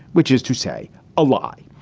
which is to say a lie.